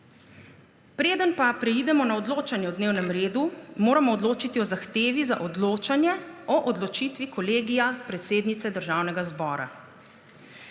Preden preidemo na odločanje o dnevnem redu, moramo odločiti o zahtevi za odločanje o odločitvi Kolegija predsednice Državnega zbora.